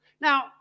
Now